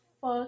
fuck